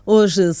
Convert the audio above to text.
Hoje